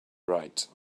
right